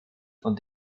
von